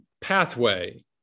pathway